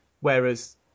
Whereas